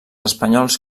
espanyols